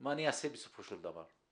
מה אני אעשה בסופו של דבר?